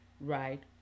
right